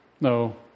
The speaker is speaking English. No